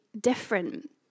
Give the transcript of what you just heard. different